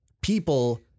People